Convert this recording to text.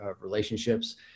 relationships